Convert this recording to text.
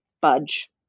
budge